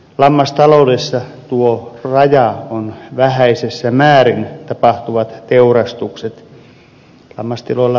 lammastaloudessa tuo raja on vähäisessä määrin tapahtuvat teurastukset